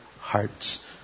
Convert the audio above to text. hearts